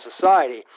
society